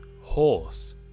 Horse